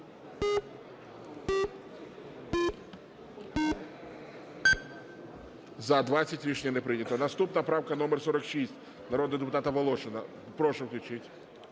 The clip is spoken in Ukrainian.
За-20 Рішення не прийнято. Наступна - правка номер, 46 народного депутата Волошина. Прошу, включіть.